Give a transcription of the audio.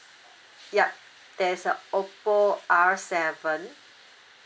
yup there is a Oppo R seven